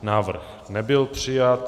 Návrh nebyl přijat.